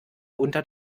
unter